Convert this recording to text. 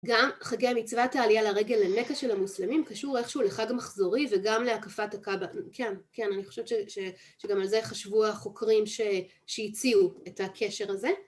גם חגי מצוות העלייה לרגל למכה של המוסלמים, קשור איכשהו לחג מחזורי וגם להקפת הכבה. כן, אני חושבת שגם על זה חשבו החוקרים שהציעו את הקשר הזה.